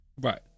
Right